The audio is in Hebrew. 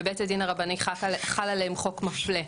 ובית הדין הרבני חל עליהם חוק מפלה,